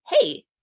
hey